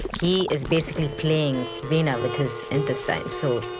he is basically playing veena with his intestines. so